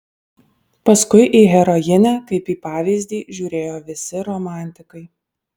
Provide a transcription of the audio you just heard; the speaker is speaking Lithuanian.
paskui į herojinę kaip į pavyzdį žiūrėjo visi romantikai